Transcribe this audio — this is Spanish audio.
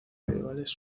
medievales